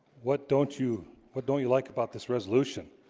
what don't you what don't you like about this resolution?